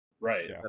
Right